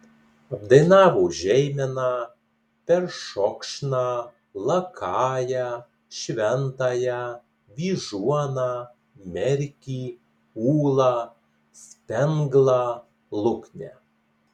apdainavo žeimeną peršokšną lakają šventąją vyžuoną merkį ūlą spenglą luknę